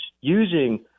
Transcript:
using